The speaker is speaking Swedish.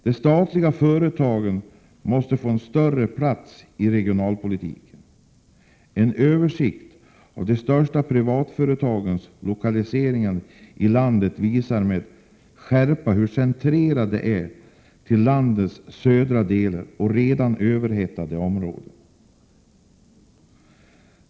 De statliga företagen måste få en mer framskjuten plats i regionalpolitiken. En översikt av de största privatföretagens lokaliseringar i landet visar med skärpa hur centrerade de är till landets södra och redan överhettade delar.